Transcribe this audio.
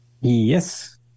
Yes